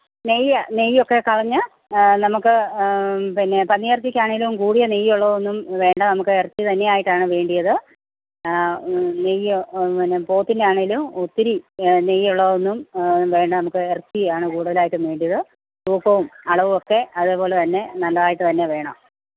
നെയ്യ് നെയ്യൊക്കെ കളഞ്ഞ് നമുക്ക് പിന്നെ പന്നിയെറച്ചിക്കെയാണേലും കൂടിയ നെയ്യൊള്ളതൊന്നും വേണ്ട നമുക്ക് ഇറച്ചി തന്നെയായിട്ടാണ് വേണ്ടിയത് നെയ്യ് പിന്നെ പോത്തിന്റെ ആണേലും ഒത്തിരി നെയ്യൊള്ളതൊന്നും വേണ്ട നമുക്ക് ഇറച്ചിയാണ് കൂടുതലായിട്ടും വേണ്ടിയത് തൂക്കവും അളവും ഒക്കെ അതേപോലെ തന്നെ നല്ലതായിട്ട് തന്നെ വേണം